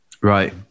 right